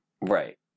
Right